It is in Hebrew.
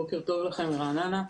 בוקר טוב לכם מרעננה.